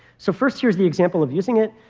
so first, here is the example of using it.